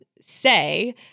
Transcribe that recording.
say